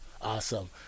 Awesome